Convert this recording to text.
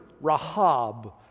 Rahab